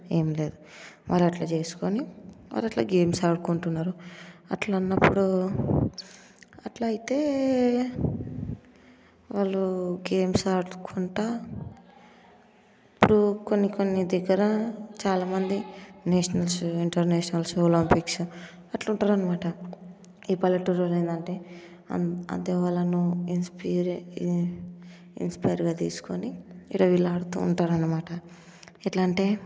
ఏమి లేదు వాళ్ళు అట్ల చేసుకుని వాళ్ళు అట్లా గేమ్స్ ఆడుకుంటున్నారు అట్లన్నప్పుడు అట్లా అయితే వాళ్ళు గేమ్స్ ఆడుకుంటా ఇప్పుడు కొన్ని కొన్ని దగ్గర చాలామంది నేషనల్స్ ఇంటర్నేషనల్స్ ఒలంపిక్స్ అట్లా ఉంటారు అనమాట ఈ పల్లెటూరులో ఏంటంటే అదవ్వాలనో ఇన్స ఇన్స్పైర్గా తీసుకొని ఇట్లా వీళ్ళు ఆడుతా ఉంటారనమాట ఎట్లా అంటే